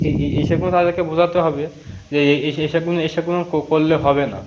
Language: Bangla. এসে কোনো তাদেরকে বোঝাতে হবে যেগুলো এখন করলে হবে না